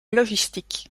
logistique